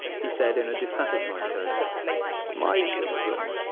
he said in a dissatisfied tone my children,